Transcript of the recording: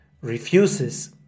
refuses